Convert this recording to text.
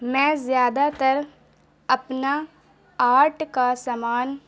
میں زیادہ تر اپنا آرٹ کا سامان